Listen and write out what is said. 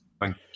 thank